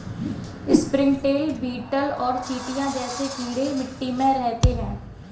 springtail, beetle और चींटियां जैसे कीड़े मिट्टी में रहते हैं